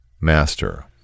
Master